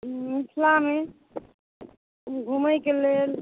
मिथिला मे घुमैके लेल